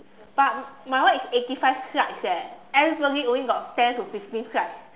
but my one is eighty five slides eh everybody only got ten to fifteen slides